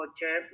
culture